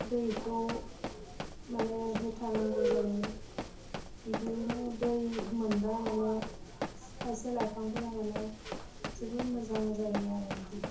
दैखौ माने होथारनांगौ जायो बिदियै नो दै मोनबा माने खायसे लाइफांफोरा माने जोबोर मोजां जायो आरो बिदि